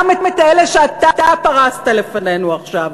גם את אלה שאתה פרסת לפנינו עכשיו.